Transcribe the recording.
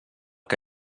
que